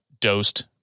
dosed